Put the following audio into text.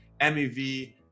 MEV